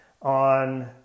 on